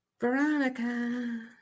Veronica